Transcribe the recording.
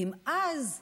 כי אם אז טענו: